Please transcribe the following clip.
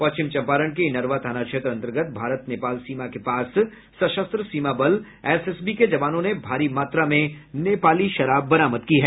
पश्चिम चंपारण के इनरवा थाना क्षेत्र अंतर्गत भारत नेपाल सीमा के पास सशस्त्र सीमा बल एसएसबी के जवानों ने भारी मात्रा में नेपाली शराब बरामद किया है